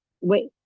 wait